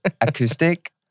acoustic